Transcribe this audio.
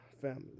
family